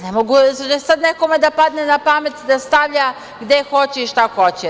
Ne može sada nekome da padne na pamet da stavlja gde hoće i šta hoće.